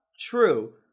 True